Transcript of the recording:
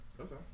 Okay